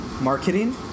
marketing